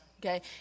okay